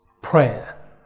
Prayer